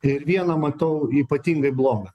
ir vieną matau ypatingai blogą